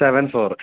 seven four